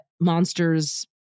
monster's